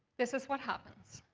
this is what happens.